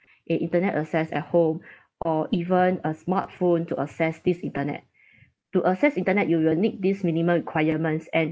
a internet access at home or even a smartphone to access this internet to assess internet you will need these minimum requirements and